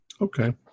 Okay